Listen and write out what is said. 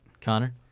Connor